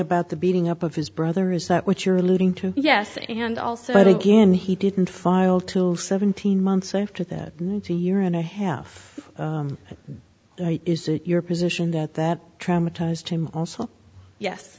about the beating up of his brother is that what you're alluding to yes and also that again he didn't file to seventeen months after that ninety year and a half is it your position that that traumatized him also yes